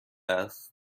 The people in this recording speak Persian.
است